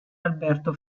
alberto